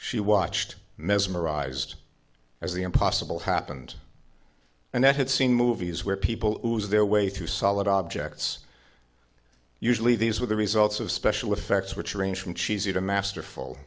she watched mesmerized as the impossible happened and that had seen movies where people lose their way through solid objects usually these were the results of special effects which range from cheesy to masterful